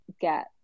get